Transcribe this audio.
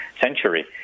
century